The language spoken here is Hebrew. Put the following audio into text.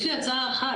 יש לי הצעה אחת.